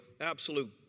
absolute